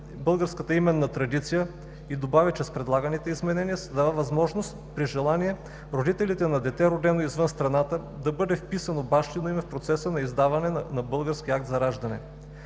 българската именна традиция и добави, че с предлаганите изменения се дава възможност при желание на родителите на дете, родено извън страната, да бъде вписано бащино име в процеса на издаване на българския акт за раждане.